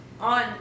on